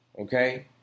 Okay